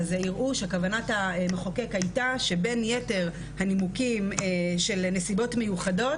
אז יראו שכוונת המחוקק הייתה שבין יתר הנימוקים של "נסיבות מיוחדות"